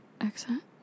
accent